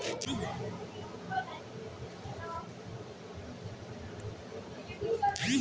যে ছব টাকা গুলা এখল ইলটারলেটে ব্যাভার হ্যয়